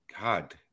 God